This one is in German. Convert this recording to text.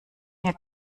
mir